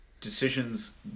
decisions